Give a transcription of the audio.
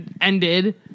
ended